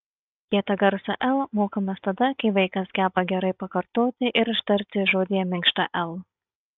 kietą garsą l mokomės tada kai vaikas geba gerai pakartoti ir ištarti žodyje minkštą l